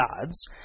gods